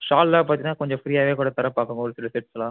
ஷால்லாம் பார்த்தீங்கன்னா கொஞ்சம் ஃப்ரீயாகவே கூட தர பார்ப்போம் ஒரு சில செட்ஸ்லலாம்